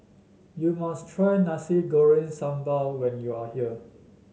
you must try Nasi Goreng Sambal when you are here